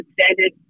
standard